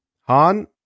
Han